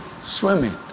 swimming